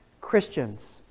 Christians